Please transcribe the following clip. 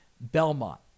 Belmont